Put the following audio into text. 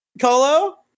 colo